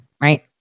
right